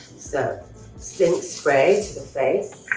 so zinc spray to the face.